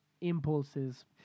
impulses